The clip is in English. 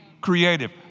creative